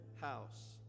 house